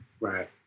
Right